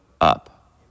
up